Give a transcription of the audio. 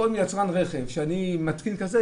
כל יצרן רכב שאני מתקין כזה,